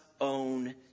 own